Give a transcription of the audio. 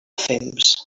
fems